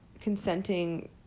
consenting